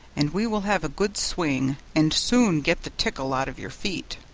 and we will have a good swing, and soon get the tickle out of your feet.